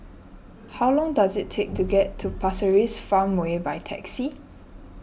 how long does it take to get to Pasir Ris Farmway by taxi